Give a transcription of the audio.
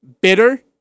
bitter